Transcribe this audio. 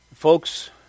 Folks